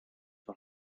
dans